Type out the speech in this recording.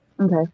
Okay